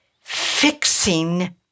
fixing